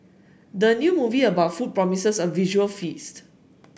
the new movie about food promises a visual feast